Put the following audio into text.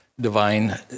divine